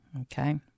Okay